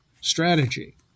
strategy